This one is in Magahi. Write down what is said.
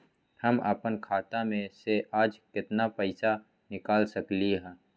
हम अपन खाता में से आज केतना पैसा निकाल सकलि ह?